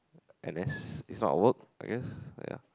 unless is not work I guess ya